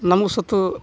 ನಮಗೂ ಸತು